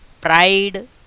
Pride